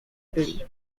byli